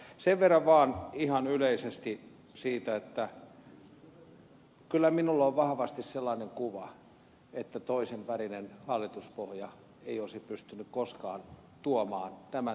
sen verran vaan ihan yleisesti että kyllä minulla on vahvasti sellainen kuva että toisen värinen hallituspohja ei olisi pystynyt koskaan tuomaan tämän tyyppistä eläkeratkaisua tähän saliin